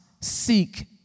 seek